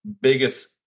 biggest